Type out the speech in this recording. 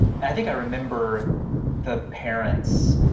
i think i remember the parents,